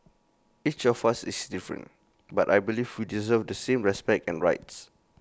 each of us is different but I believe we deserve the same respect and rights